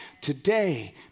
Today